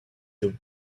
that